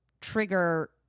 trigger